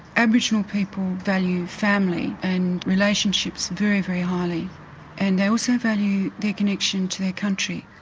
aboriginal people value family and relationships very, very highly and they also value their connection to their country.